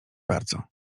bardzo